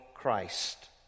Christ